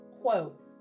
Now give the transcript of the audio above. quote